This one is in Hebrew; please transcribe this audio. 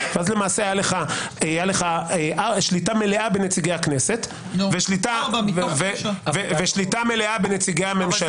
ואז למעשה הייתה לך שליטה מלאה בנציגי הכנסת ושליטה מלאה בנציגי הממשלה.